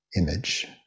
image